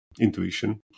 intuition